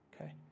okay